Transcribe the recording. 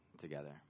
together